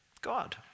God